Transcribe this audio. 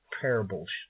parables